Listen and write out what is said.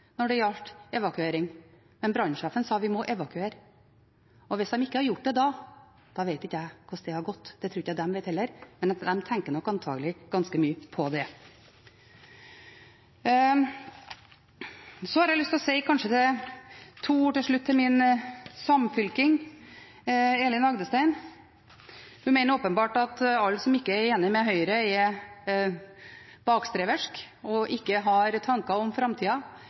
når det gjaldt evakuering, men brannsjefen sa vi må evakuere. Hvis de ikke hadde gjort det, vet jeg ikke hvordan det hadde gått. Det tror jeg ikke de vet heller, men de tenker nok antakelig ganske mye på det. Så har jeg lyst til å si to ord til slutt til min samfylking, Elin Rodum Agdestein. Hun mener åpenbart at alle som ikke er enig med Høyre, er bakstreverske og har ikke tanker om framtida.